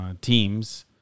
teams